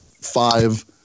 five